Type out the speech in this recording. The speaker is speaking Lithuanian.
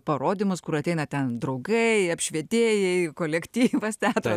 parodymus kur ateina ten draugai apšvietėjai kolektyvas teatro